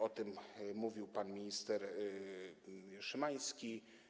O tym mówił pan minister Szymański.